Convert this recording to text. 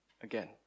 again